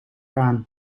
aan